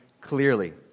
clearly